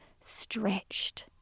stretched